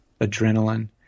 adrenaline